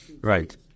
Right